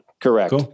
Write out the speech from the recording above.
Correct